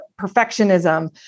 perfectionism